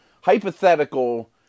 Hypothetical